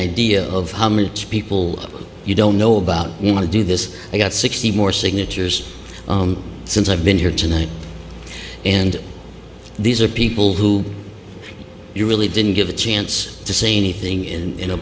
idea of how many people you don't know about you want to do this i've got sixty more signatures since i've been here tonight and these are people who you really didn't give a chance to say anything in